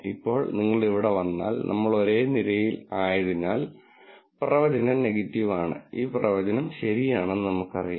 ഇപ്പോൾ നിങ്ങൾ ഇവിടെ വന്നാൽ നമ്മൾ ഒരേ നിരയിൽ ആയതിനാൽ പ്രവചനം നെഗറ്റീവ് ആണ് ഈ പ്രവചനം ശരിയാണെന്ന് നമുക്ക് അറിയാം